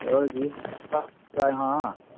होर जी ठीक ठाक आं